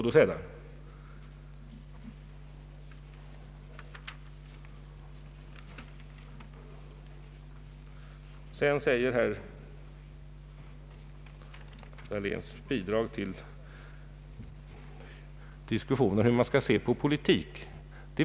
Sedan vill jag beröra herr Dahléns bidrag till diskussionen hur man skall se på politik.